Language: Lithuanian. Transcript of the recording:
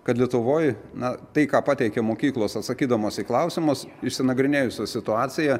kad lietuvoj na tai ką pateikia mokyklos atsakydamos į klausimus išsinagrinėjusios situaciją